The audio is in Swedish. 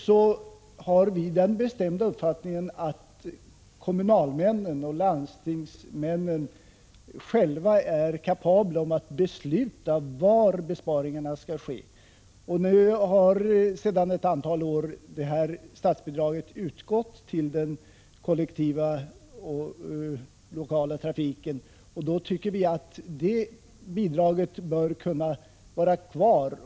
Vi har också den bestämda uppfattningen att kommunalmännen och landstingsmännen är kapabla att själva besluta var besparingarna skall ske. Statsbidraget har nu utgått till den lokala och regionala kollektivtrafiken 109 sedan ett antal år. Vi tycker att bidraget bör kunna vara kvar.